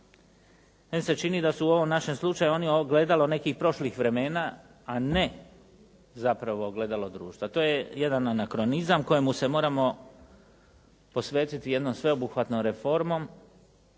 Meni se čini da su u ovom našem slučaju oni ogledalo nekih prošlih vremena, a ne zapravo ogledalo društva. To je jedan anakronizam kojemu se moramo posvetiti jednom sveobuhvatnom reformom,